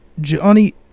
johnny